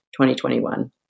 2021